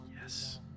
Yes